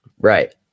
Right